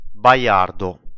Bayardo